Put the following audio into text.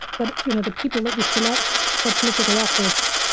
that you know, the people that we select for political office,